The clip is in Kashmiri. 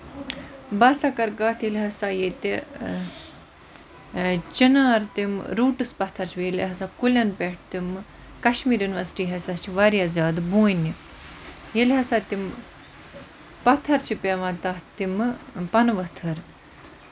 بہٕ ہسا کرٕ کَتھ ییٚلہِ ہسا ییٚتہِ چِنار تِم روٗٹٔس پَتھر چھِ ییٚلہِ ہسا کُلین پٮ۪ٹھ تِمہٕ کَشمیٖر یُنوَسٹی ہسا چھِ واریاہ زیادٕ بونہِ ییٚلہِ ہسا تِم پَتھر چھِ پیوان تَتھ تِمہٕ پنہٕ ؤتھر